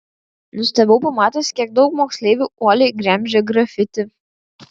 nustebau pamatęs kiek daug moksleivių uoliai gremžia grafiti